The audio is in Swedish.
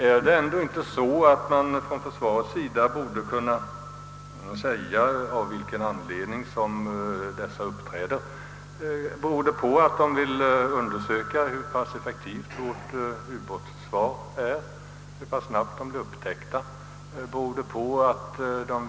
Borde man inte från försvarets sida kunna säga av vilken anledning dessa utbåtar uppträder? Beror det på att de vill undersöka hur effektivt vårt eget ubåtsförsvar är, hur snabbt vi upptäcker intrång o.s. v.?